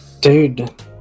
Dude